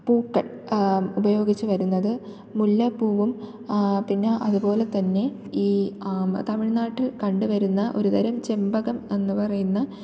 പൂക്കൾ ഉപയോഗിച്ചു വരുന്നത് മുല്ലപ്പൂവും പിന്നെ അതുപോലെത്തന്നെ ഈ തമിഴ്നാട്ടിൽ കണ്ടുവരുന്ന ഒരുതരം ചെമ്പകം എന്നു പറയുന്ന